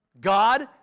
God